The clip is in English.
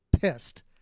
pissed